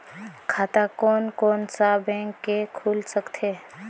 खाता कोन कोन सा बैंक के खुल सकथे?